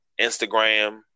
Instagram